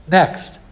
next